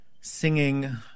singing